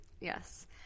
Yes